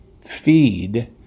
feed